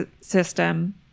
system